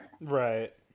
Right